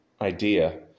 idea